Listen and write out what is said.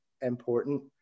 important